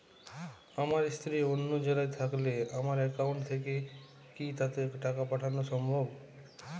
আমার স্ত্রী অন্য জেলায় থাকলে আমার অ্যাকাউন্ট থেকে কি তাকে টাকা পাঠানো সম্ভব?